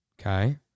Okay